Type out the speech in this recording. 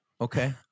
okay